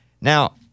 Now